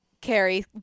Carrie